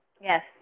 Yes